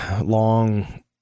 long